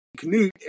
Canute